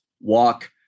walk